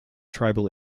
tribal